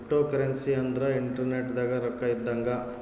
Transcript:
cryptocurrency ಅಂದ್ರ internet ದಾಗ ರೊಕ್ಕ ಇದ್ದಂಗ